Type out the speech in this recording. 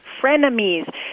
Frenemies